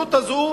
ההזדמנות הזו,